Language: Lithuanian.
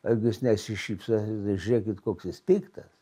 o jeigu jis nesišypso žiūrėkit koks jis piktas